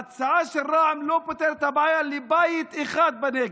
ההצעה של רע"מ לא פותרת את הבעיה לבית אחד בנגב,